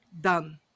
done